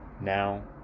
now